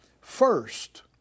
first